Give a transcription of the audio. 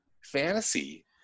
fantasy